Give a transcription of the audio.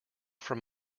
from